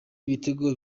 ibitego